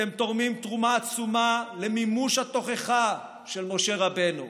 אתם תורמים תרומה עצומה למימוש התוכחה של משה רבנו: